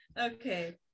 okay